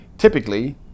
Typically